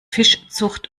fischzucht